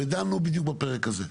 ודנו בדיוק בפרק הזה.